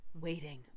waiting